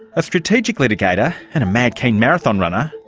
a strategic litigator and a mad-keen marathon runner,